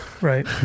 right